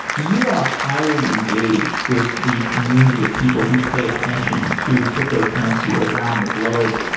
you are highly engaged with the community of people who pay attention to cryptocurrency around the globe,